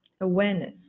Awareness